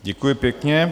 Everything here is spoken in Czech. Děkuji pěkně.